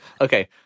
Okay